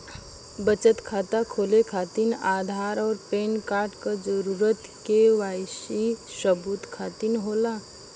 बचत खाता खोले खातिर आधार और पैनकार्ड क जरूरत के वाइ सी सबूत खातिर होवेला